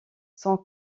sans